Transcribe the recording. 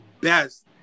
best